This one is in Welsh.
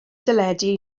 deledu